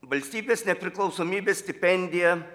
valstybės nepriklausomybės stipendija